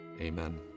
amen